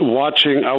watching